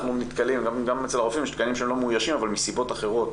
גם אצל הרופאים יש תקנים שהם לא מאוישים אבל מסיבות אחרות